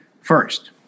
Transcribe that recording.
first